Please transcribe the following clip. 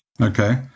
Okay